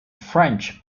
french